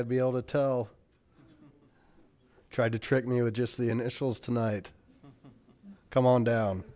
i'd be able to tell tried to trick me with the initials tonight come on down